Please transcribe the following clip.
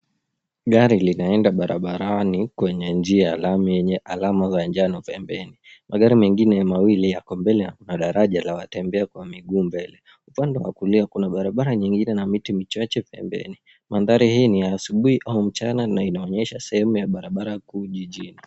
Gari linaenda barabarani kwenye njia ya lami yenye alama za njano pembeni. Magari mengine mawili yako mbele na daraja la watembea kwa miguu mbele. Upande wa kulia kuna barabara nyingine na miti michache pembeni. Mandhari hii ni ya asubuhi au mchana na inaonyesha sehemu ya barabara kuu jijini.